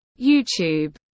YouTube